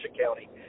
County